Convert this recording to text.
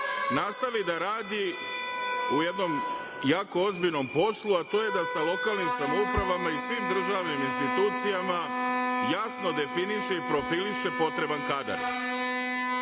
nastavi da radi u jednom jako ozbiljnom poslu, a to je da se lokalnim samoupravama i svim državnim institucijama jasno definiše i profiliše potreban kadar. Ovo